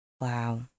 Wow